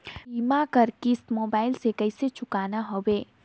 बीमा कर किस्त मोबाइल से कइसे चुकाना हवे